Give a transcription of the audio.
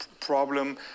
problem